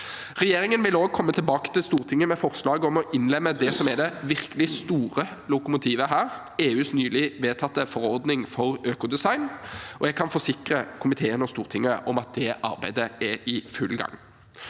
Regjeringen vil også komme tilbake til Stortinget med forslag om å innlemme det som er det virkelig store lokomotivet her: EUs nylig vedtatte forordning for økodesign. Jeg kan forsikre komiteen og Stortinget om at det arbeidet er i full gang.